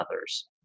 others